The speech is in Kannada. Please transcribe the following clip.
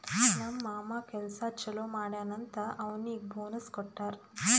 ನಮ್ ಮಾಮಾ ಕೆಲ್ಸಾ ಛಲೋ ಮಾಡ್ಯಾನ್ ಅಂತ್ ಅವ್ನಿಗ್ ಬೋನಸ್ ಕೊಟ್ಟಾರ್